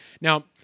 Now